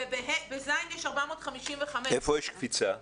ובז' יש 455. איפה יש קפיצה?